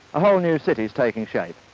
a whole new city's taking shape.